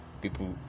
People